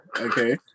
Okay